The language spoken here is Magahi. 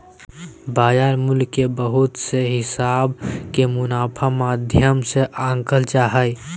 बाजार मूल्य के बहुत से हिसाब के मुनाफा माध्यम से आंकल जा हय